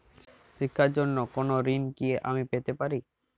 শিক্ষার জন্য কোনো ঋণ কি আমি পেতে পারি?